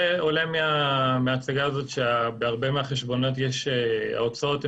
מההצגה הזאת עולה שבהרבה מהחשבונות ההוצאות הן